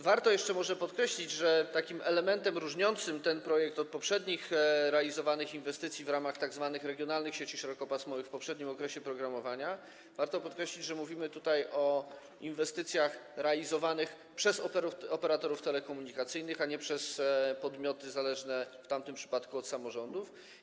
Warto jeszcze może podkreślić, bo to taki element różniący ten projekt od poprzednich realizowanych inwestycji w ramach tzw. regionalnych sieci szerokopasmowych w poprzednim okresie programowania, że mówimy tutaj o inwestycjach realizowanych przez operatorów telekomunikacyjnych, a nie przez podmioty zależne w tamtym przypadku od samorządów.